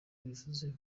bivuze